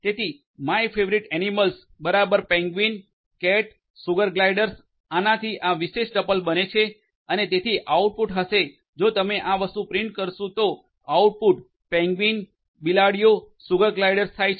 તેથી my favourite animals બરાબર penguin cat sugar gliders આનાથી આ વિશેષ ટપલ્સ બને છે અને તેથી આઉટપુટ હશે જો તમે આ વસ્તુ પ્રિન્ટ કરીશું તો આઉટપુટ પેન્ગ્વિન બિલાડીઓ સુગરગ્લાઇડર્સ થાય છે